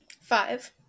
Five